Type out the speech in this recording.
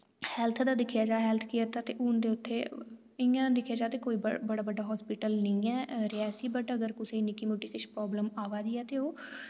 health दा दिक्खेआ जा हैल्थ केयर दा ते हुन ते उत्थै इयां दिक्खेआ जा ते कोई बड़ा बड्डा हास्पिटल निं ऐ रियासी बट अगर कुसै निक्की मोट्टी किश प्राब्लम आवा दी ऐ ते ओह्